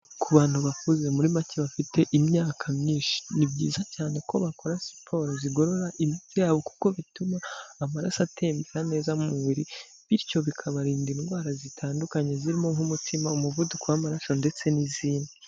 Ku bantu bakuze muri make bafite imyaka myinshi ni byiza cyane ko bakora siporo zigorora imitsi yabo kuko bituma amaraso atembera neza mu mubiri bityo bikabarinda indwara zitandukanye zirimo nk'umutima, umuvuduko w'amaraso ndetse n'izindi.